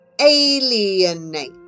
Alienate